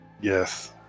Yes